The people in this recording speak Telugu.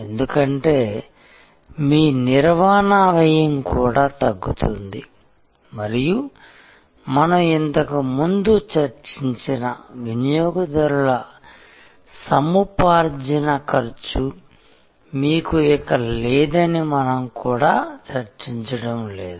ఎందుకంటే మీ నిర్వహణ వ్యయం కూడా తగ్గుతుంది మరియు మనం ఇంతకు ముందు చర్చించిన వినియోగదారుల సముపార్జన ఖర్చు మీకు ఇక లేదని మనం కూడా చర్చించడం లేదు